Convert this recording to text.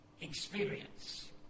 experience